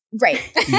Right